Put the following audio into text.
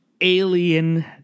alien